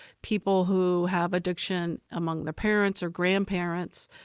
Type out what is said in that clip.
people who have addiction among their parents or grandparents,